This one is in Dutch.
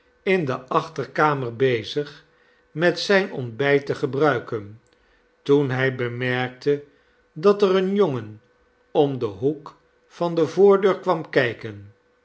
in de achterkamer bezig met zijn ontbijt te gebruiken toen hij bemerkte dat er een jongen om den hoek van de voordeur kwam kijken